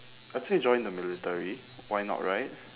actually join the military why not right